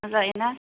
मोजाङैनो ना